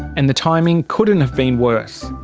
and the timing couldn't have been worse.